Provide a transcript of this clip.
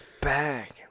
back